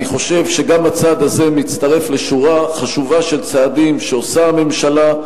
אני חושב שגם הצעד הזה מצטרף לשורה חשובה של צעדים שעושה הממשלה,